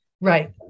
right